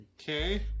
Okay